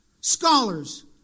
Scholars